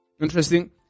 interesting